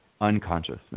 unconsciousness